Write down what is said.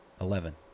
Eleven